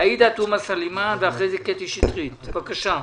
עאידה תומא סלימאן ואחרי זה קטי שטרית, בבקשה.